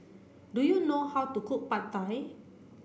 do you know how to cook Pad Thai